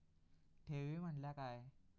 ठेवी म्हटल्या काय?